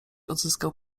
odzyskał